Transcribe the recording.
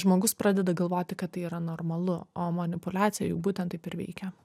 žmogus pradeda galvoti kad tai yra normalu o manipuliacija juk būtent taip ir veikia